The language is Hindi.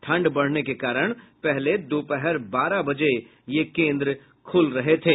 ठंड बढ़ने के कारण पहले दोपहर बारह बजे के बाद खुलते थे